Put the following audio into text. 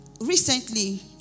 recently